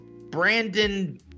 Brandon